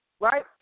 right